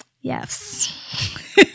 Yes